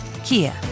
Kia